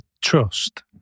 trust